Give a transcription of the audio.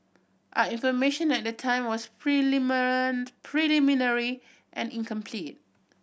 our information at the time was preliminary and incomplete